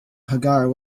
hagar